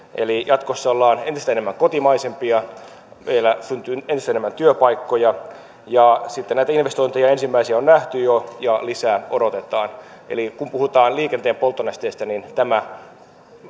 jatkossa ollaan entistä enemmän kotimaisempia meillä syntyy entistä enemmän työpaikkoja ja sitten näitä investointeja ensimmäisiä on nähty jo jo ja lisää odotetaan kun puhutaan liikenteen polttonesteestä niin tämä